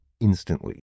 instantly